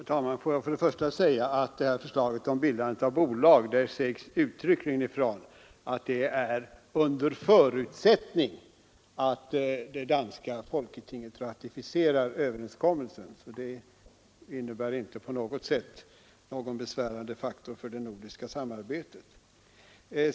Herr talman! Låt mig till att börja med säga att det uttryckligen sägs ifrån att förslaget om bildande av bolag gäller under förutsättning att det danska folketinget ratificerar överenskommelsen. Det innebär inte någon besvärande faktor för det nordiska samarbetet.